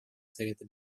совета